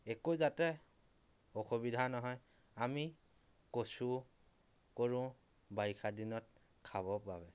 একো যাতে অসুবিধা নহয় আমি কচু কৰোঁ বাৰিষা দিনত খাবৰ বাবে